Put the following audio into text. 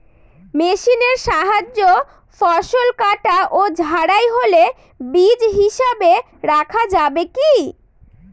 মেশিনের সাহায্যে ফসল কাটা ও ঝাড়াই হলে বীজ হিসাবে রাখা যাবে কি?